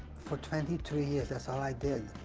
for twenty two years, that's all i did.